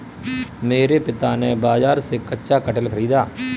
मेरे पिता ने बाजार से कच्चा कटहल खरीदा